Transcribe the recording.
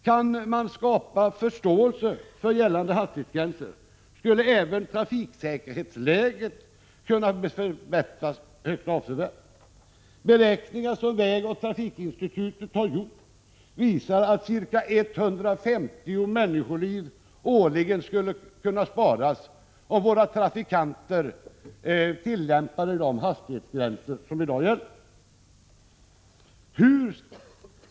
Kan man skapa förståelse för gällande hastighetsgränser, skulle även trafiksäkerhetsläget kunna förbättras högst avsevärt. Beräkningar som vägoch trafikinstitutet har gjort visar att ca 150 människoliv årligen skulle kunna sparas, om våra trafikanter tillämpade de hastighetsgränser som i dag gäller.